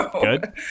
Good